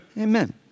Amen